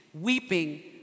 weeping